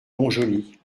montjoly